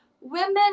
women